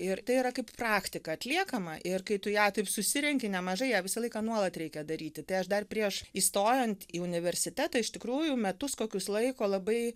ir tai yra kaip praktika atliekama ir kai tu ją taip susirenki nemažai ją visą laiką nuolat reikia daryti tai aš dar prieš įstojant į universitetą iš tikrųjų metus kokius laiko labai